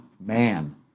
man